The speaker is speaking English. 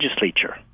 legislature